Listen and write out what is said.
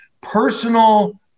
personal